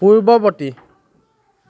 পূৰ্ৱবৰ্তী